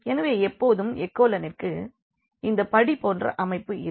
எனவே எப்பொழுதும் எகோலனிற்கு இந்த படி போன்ற அமைப்பு இருக்கும்